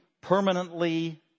permanently